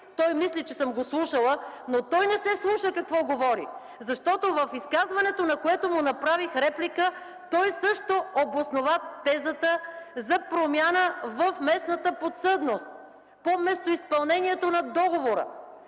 Тошев мисли, че съм го слушала, но той не се слуша какво говори, защото в изказването, на което му направих реплика, той също обоснова тезата за промяна в местната подсъдност по местоизпълнението на договора.